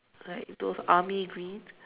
like those army green